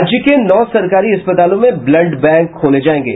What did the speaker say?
राज्य के नौ सरकारी अस्पतालों में ब्लड बैंक खोले जायेंगे